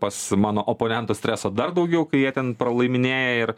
pas mano oponentus streso dar daugiau kai jie ten pralaiminėja ir